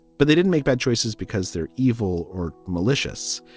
but they didn't make bad choices because they're evil or malicious.